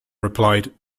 replied